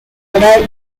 general